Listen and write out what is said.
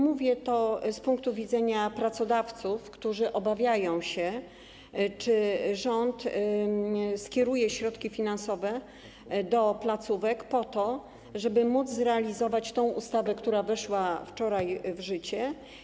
Mówię to z punktu widzenia pracodawców, którzy obawiają się, czy rząd skieruje środki finansowe do placówek po to, żeby móc zrealizować tę ustawę, która weszła wczoraj w życie.